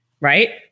Right